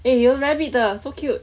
if you 有 rabbit 的 so cute